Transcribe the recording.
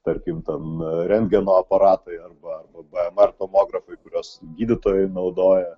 tarkim ten rentgeno aparatai arba vmr tomografai kuriuos gydytojai naudoja